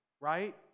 right